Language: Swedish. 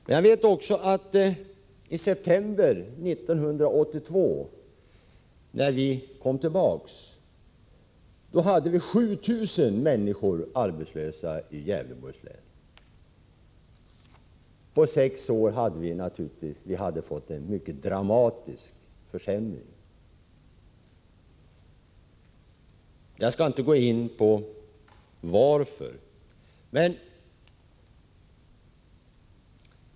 Men i september 1982, när vi kom tillbaka, var 7 000 människor arbetslösa i Gävleborgs län. På sex år hade vi fått en mycket dramatisk försämring. Jag skall inte gå in på varför.